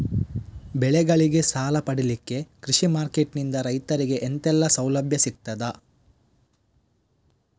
ಬೆಳೆಗಳಿಗೆ ಸಾಲ ಪಡಿಲಿಕ್ಕೆ ಕೃಷಿ ಮಾರ್ಕೆಟ್ ನಿಂದ ರೈತರಿಗೆ ಎಂತೆಲ್ಲ ಸೌಲಭ್ಯ ಸಿಗ್ತದ?